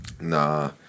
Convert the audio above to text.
Nah